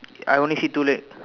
I only see two leg